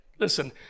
Listen